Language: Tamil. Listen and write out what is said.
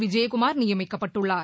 விஜயகுமா் நியமிக்கப்பட்டுள்ளார்